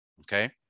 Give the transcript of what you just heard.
Okay